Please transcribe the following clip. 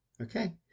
okay